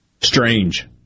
strange